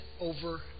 over